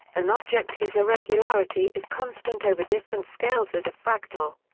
an object whose irregularity is constant over different scales is a fractal.